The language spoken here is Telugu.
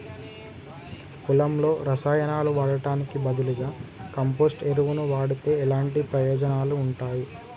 పొలంలో రసాయనాలు వాడటానికి బదులుగా కంపోస్ట్ ఎరువును వాడితే ఎలాంటి ప్రయోజనాలు ఉంటాయి?